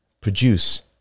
produce